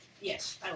Yes